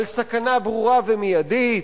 על סכנה ברורה ומיידית?